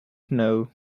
know